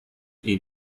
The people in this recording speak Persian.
این